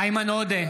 איימן עודה,